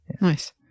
Nice